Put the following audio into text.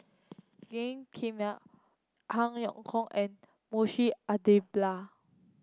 Gan Kim Han Yong Hong and Munshi Abdullah